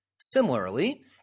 Similarly